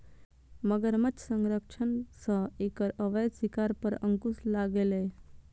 मगरमच्छ संरक्षणक सं एकर अवैध शिकार पर अंकुश लागलैए